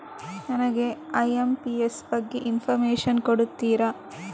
ನನಗೆ ಐ.ಎಂ.ಪಿ.ಎಸ್ ಬಗ್ಗೆ ಇನ್ಫೋರ್ಮೇಷನ್ ಕೊಡುತ್ತೀರಾ?